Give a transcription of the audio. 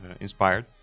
inspired